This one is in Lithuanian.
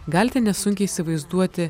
galite nesunkiai įsivaizduoti